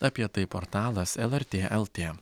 apie tai portalas lrt lt